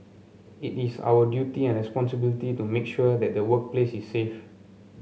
it is our duty and responsibility to make sure that the workplace is safe